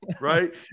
right